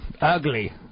Ugly